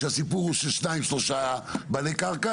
שהסיפור היא שניים או שלושה בעלי קרקע,